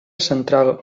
central